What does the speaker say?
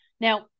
Now